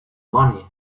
money